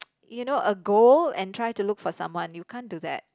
you know a goal and try to look for someone you can't do that